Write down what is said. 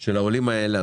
של העולים האלה,